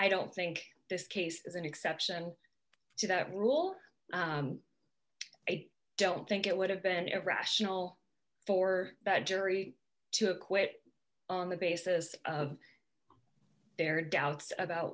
i don't think this case is an exception to that rule i don't think it would have been irrational for that jury to acquit on the basis of their doubts about